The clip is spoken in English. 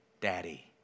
Daddy